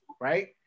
right